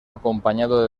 acompañado